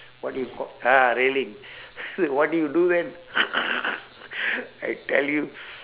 what do you call ah railing what do you do then I tell you